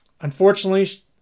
unfortunately